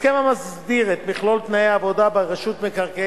הסכם המסדיר את מכלול תנאי העבודה ברשות מקרקעי